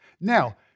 Now